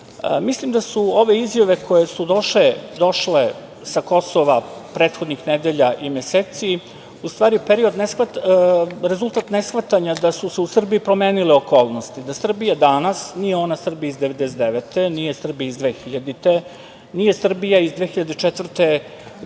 pravde. Mislim da su ove izjave koje su došle sa Kosova prethodnih nedelja i meseci u stvari rezultat neshvatanja da su se u Srbiji promenile okolnosti, da Srbija danas nije ona Srbija iz 1999, nije Srbija iz 2000, nije Srbija iz 2004, koja